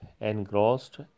engrossed